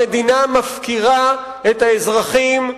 המדינה מפקירה את האזרחים.